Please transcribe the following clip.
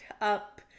up